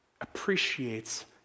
appreciates